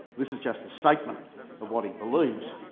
this is just the statement of what he believes.